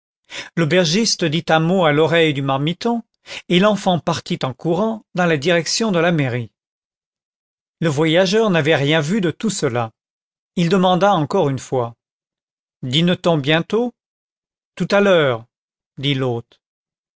l'aubergiste dit un mot à l'oreille du marmiton et l'enfant partit en courant dans la direction de la mairie le voyageur n'avait rien vu de tout cela il demanda encore une fois dîne t on bientôt tout à l'heure dit l'hôte